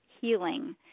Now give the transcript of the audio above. healing